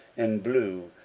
and blue,